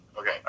Okay